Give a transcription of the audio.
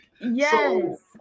Yes